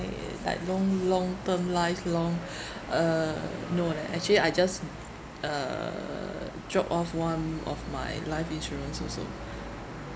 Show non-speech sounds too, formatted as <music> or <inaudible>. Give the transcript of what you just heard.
like long long term life long <breath> uh no leh actually I just uh dropped off one of my life insurance also